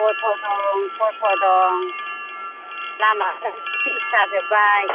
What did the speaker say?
अथ' दं थथ' दं लामाफ्राबो फिस जाजोब्बाय